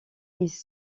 ils